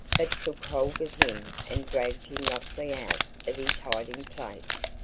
but took hold of him and dragged him roughly out of his hiding place.